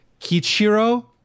Kichiro